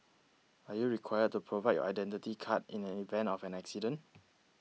are you required to provide your Identity Card in an event of an accident